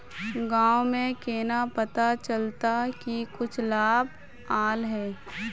गाँव में केना पता चलता की कुछ लाभ आल है?